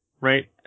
Right